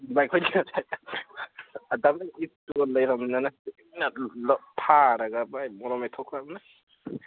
ꯚꯥꯏ ꯑꯩꯈꯣꯏꯒꯤ ꯉꯁꯥꯏ ꯑꯥꯗꯥꯝ ꯑꯦꯟ ꯏꯞꯇꯣ ꯂꯩꯔꯝꯗꯅ ꯇꯨꯃꯤꯟꯅ ꯐꯥꯔꯒ ꯚꯥꯏ ꯃꯣꯔꯣꯛ ꯃꯦꯠꯊꯣꯛꯈ꯭ꯔꯕꯅꯦ